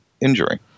injury